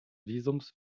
visums